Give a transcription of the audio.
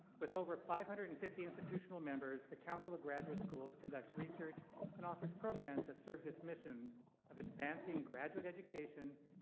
with over five hundred and fifty institutional members, the council of graduate schools conducts research and offers programs that serves its mission of advancing graduate education,